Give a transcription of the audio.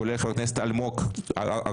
כולל חבר הכנסת אלמוג כהן,